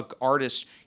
artist